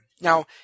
now